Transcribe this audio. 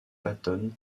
patton